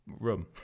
room